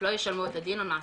לא ישלמו את הדין על מעשיהם,